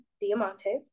Diamante